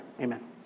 Amen